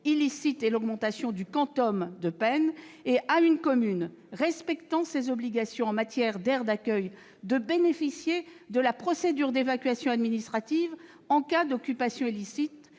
illicite et d'augmenter le quantum de peine. Par ailleurs, une commune respectant ses obligations en matière d'aires d'accueil bénéficiera de la procédure d'évacuation administrative en cas d'occupation illicite,